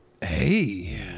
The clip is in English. Hey